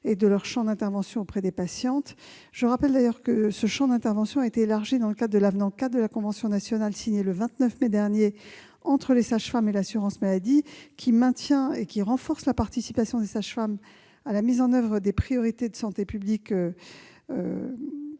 et leur champ d'intervention auprès des patientes. Je rappelle d'ailleurs que ce champ d'intervention a été élargi dans le cadre de l'avenant n° 4 de la convention nationale signée le 29 mai dernier entre les sages-femmes et l'assurance maladie. Cet avenant maintient et renforce la participation des sages-femmes à la mise en oeuvre des priorités de santé publique